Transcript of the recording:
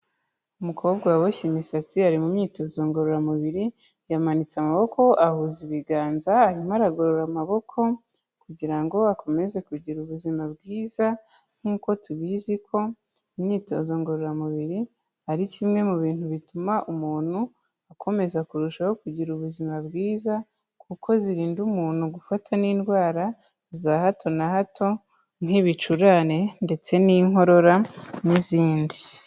Umukobwa woboshye imisatsi, ari mu myitozo ngororamubiri, yamanitse amaboko, ahuza ibiganza, arimo aragorora amaboko kugira ngo akomeze kugira ubuzima bwiza nk'uko tubizi ko imyitozo ngororamubiri ari kimwe mu bintu bituma umuntu akomeza kurushaho kugira ubuzima bwiza kuko zirinda umuntu gufata n'indwara za hato na hato nk'ibicurane ndetse n'inkorora n'izindi.